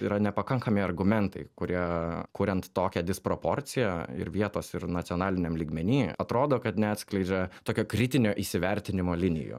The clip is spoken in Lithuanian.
yra nepakankami argumentai kurie kuriant tokią disproporciją ir vietos ir nacionaliniam lygmeny atrodo kad neatskleidžia tokio kritinio įsivertinimo linijų